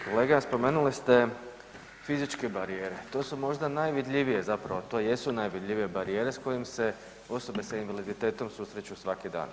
Kolega spomenuli ste fizičke barijera, to su možda najvidljivije zapravo to jesu najvidljivije barijere s kojim se osobe s invaliditetom susreću svaki dan.